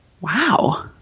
wow